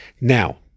Now